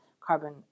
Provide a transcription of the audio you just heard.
carbon